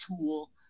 tool